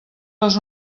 les